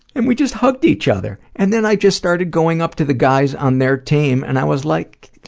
and we just hugged each other! and then i just started going up to the guys on their team, and i was like,